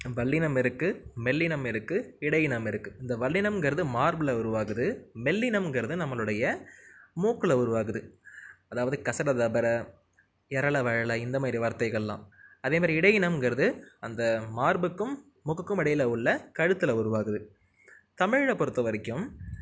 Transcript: வல்லினம் இருக்குது மெல்லினம் இருக்குது இடையினம் இருக்குது இந்த வல்லினம்ங்குறது மார்பில் உருவாகுது மெல்லினம்ங்குறது நம்மளுடைய மூக்கில் உருவாகுது அதாவது கசடதபற யரளவழல இந்தமாதிரி வார்த்தைகள்லாம் அதேமாதிரி இடையினம்ங்குறது அந்த மார்புக்கும் மூக்குக்கும் இடையில் உள்ள கழுத்தில் உருவாகுது தமிழ்ல பொருத்த வரைக்கும்